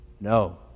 No